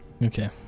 Okay